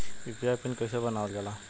UPI PIN कइसे बनावल जाला?